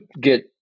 get